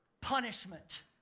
punishment